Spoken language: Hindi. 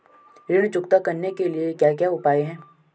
ऋण चुकता करने के क्या क्या उपाय हैं?